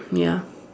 ya